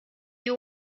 you